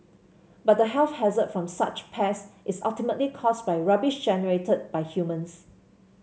but the health hazard from such pests is ultimately caused by rubbish generated by humans